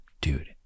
Dude